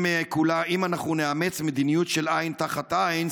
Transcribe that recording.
אם אנחנו נאמץ מדיניות של עין תחת עין,